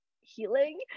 healing